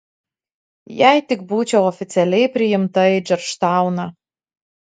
jei tik būčiau oficialiai priimta į džordžtauną